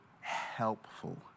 helpful